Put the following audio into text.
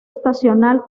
estacional